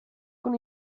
con